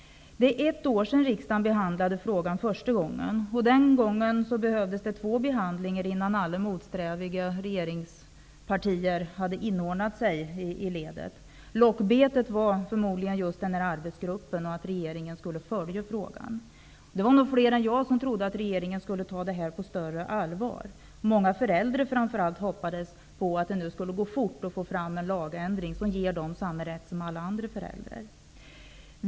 Det har gått ett år sedan riksdagen behandlade frågan första gången. Den gången behövdes två behandlingar innan alla motsträviga regeringspartier hade inordnat sig i ledet. Lockbetet var förmodligen just den här arbetsgruppen och att regeringen skulle följa frågan. Det var nog fler än jag som trodde att regeringen skulle ta frågan på större allvar. Framför allt många föräldrar till utvecklingsstörda barn hoppades på att det skulle gå fort att få fram en lagändring som skulle ge dem samma rätt som alla andra föräldrar.